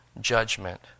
judgment